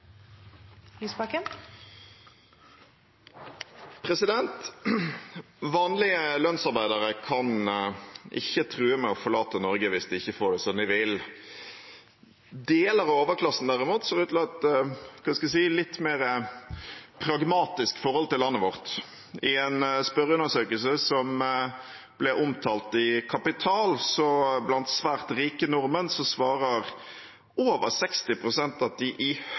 Vanlige lønnsarbeidere kan ikke true med å forlate Norge hvis de ikke får det som de vil. Deler av overklassen ser derimot ut til å ha et – hva skal jeg si – litt mer pragmatisk forhold til landet vårt. I en spørreundersøkelse som ble omtalt i Kapital, blant svært rike nordmenn, så svarer over 60 pst. at de i